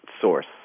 source